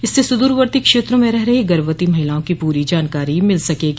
इससे सुद्रवर्ती क्षेत्रों में रह रही गर्भवती महिलाओं की पूरी जानकारी मिल सकेगी